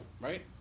Right